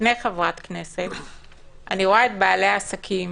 לפני חברת כנסת, אני רואה את בעלי העסקים,